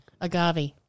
Agave